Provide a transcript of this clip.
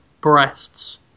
Breasts